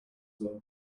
there